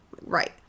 Right